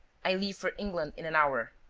i leave for england in an hour.